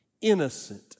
innocent